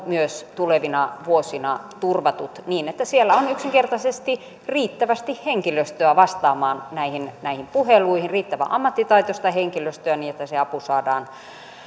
myös tulevina vuosina turvatut niin että siellä on yksinkertaisesti riittävästi henkilöstöä vastaamaan näihin näihin puheluihin riittävän ammattitaitoista henkilöstöä niin että se apu saadaan